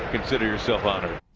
consider yourself honored.